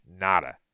Nada